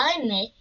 הארי מת